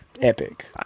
epic